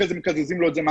אחרי זה מקזזים לו מהשכר.